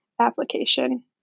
application